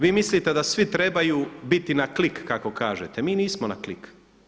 Vi mislite da svi trebaju biti na klik kako kažete, mi nismo na klik.